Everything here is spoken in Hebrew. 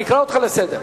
אני אקרא אותך לסדר.